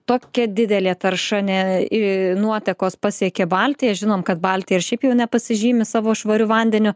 tokia didelė tarša ne į nuotekos pasiekė baltiją žinome kad baltija šiaip jau nepasižymi savo švariu vandeniu